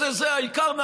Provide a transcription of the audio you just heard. העיקר,